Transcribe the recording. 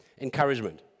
encouragement